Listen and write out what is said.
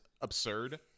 absurd